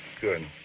Good